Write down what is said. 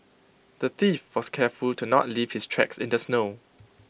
the thief was careful to not leave his tracks in the snow